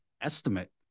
Estimate